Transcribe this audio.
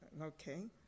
Okay